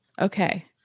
Okay